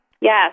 yes